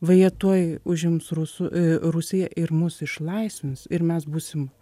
va jie tuoj užims rusų rusiją ir mus išlaisvins ir mes būsim